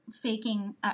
faking